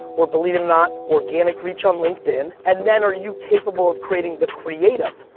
or believe it or not, organic reach on linkedin. and then are you capable of creating the creative,